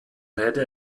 rede